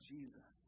Jesus